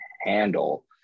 handle